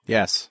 Yes